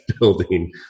building